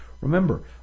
Remember